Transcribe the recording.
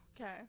Okay